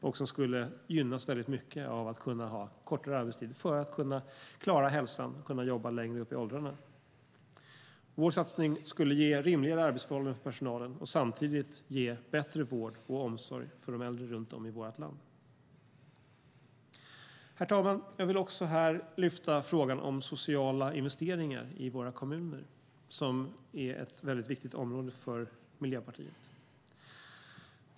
De skulle gynnas av kortare arbetstid och därmed klara hälsan och kunna jobba längre upp i åldrarna. Vår satsning skulle ge rimligare arbetsförhållanden för personalen och samtidigt ge bättre vård och omsorg för de äldre runt om i vårt land. Herr talman! Jag vill även lyfta fram frågan om sociala investeringar i våra kommuner. Det är ett viktigt område för Miljöpartiet.